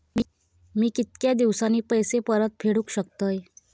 मी कीतक्या दिवसांनी पैसे परत फेडुक शकतय?